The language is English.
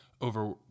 over